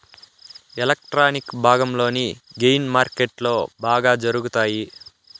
electronic భాగంలోని gain మార్కెట్లో బాగా జరుగుతాయి